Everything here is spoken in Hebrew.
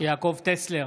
יעקב טסלר,